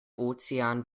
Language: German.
ozean